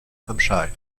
hampshire